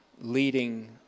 leading